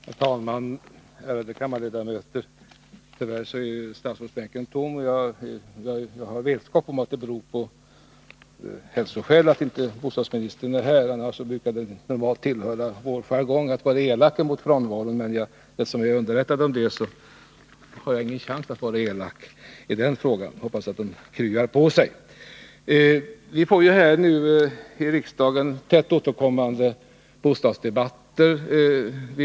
Herr talman! Ärade kammarledamöter! Tyvärr är statsrådsbänken tom, men jag har vetskap om att det är av hälsoskäl som bostadsministern inte är här. Det brukar höra till vår jargong att vara elaka när det gäller frånvaro av statsråd, men eftersom jag är underrättad om orsaken har jag ingen chans att 167 vara elak nu. Jag hoppas att bostadsministern kryar på sig. Vi har tätt återkommande bostadsdebatter här i riksdagen.